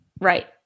Right